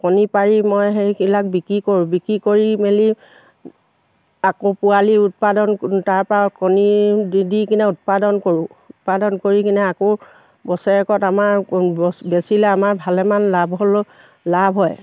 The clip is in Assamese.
কণী পাৰি মই সেইবিলাক বিক্ৰী কৰোঁ বিক্ৰী কৰি মেলি আকৌ পোৱালি উৎপাদন তাৰপা কণী দি দি কিনে উৎপাদন কৰোঁ উৎপাদন কৰি কিনে আকৌ বছৰেকত আমাৰ বেচিলে আমাৰ ভালেমান লাভ হ'লেও লাভ হয়